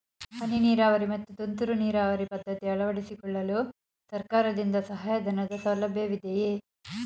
ಹನಿ ನೀರಾವರಿ ಮತ್ತು ತುಂತುರು ನೀರಾವರಿ ಪದ್ಧತಿ ಅಳವಡಿಸಿಕೊಳ್ಳಲು ಸರ್ಕಾರದಿಂದ ಸಹಾಯಧನದ ಸೌಲಭ್ಯವಿದೆಯೇ?